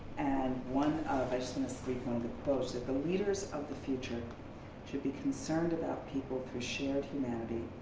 and one of, i just and wanna so read one of the quotes, that the leaders of the future should be concerned about people through shared humanity,